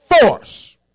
force